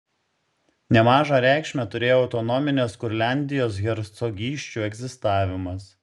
nemažą reikšmę turėjo autonominės kurliandijos hercogysčių egzistavimas